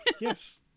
Yes